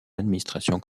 administration